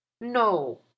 No